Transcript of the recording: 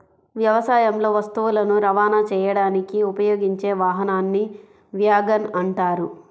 వ్యవసాయంలో వస్తువులను రవాణా చేయడానికి ఉపయోగించే వాహనాన్ని వ్యాగన్ అంటారు